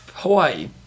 Hawaii